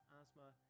asthma